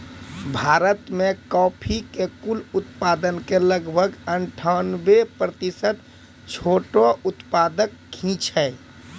भारत मॅ कॉफी के कुल उत्पादन के लगभग अनठानबे प्रतिशत छोटो उत्पादक हीं छै